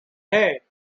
hey